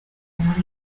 muri